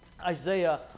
Isaiah